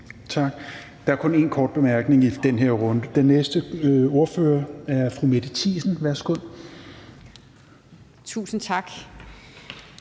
Tak. Der er kun én kort bemærkning i den her runde. Den næste er fru Mette Thiesen. Værsgo. Kl.